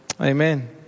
Amen